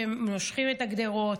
שנושכים את הגדרות.